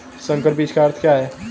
संकर बीज का अर्थ क्या है?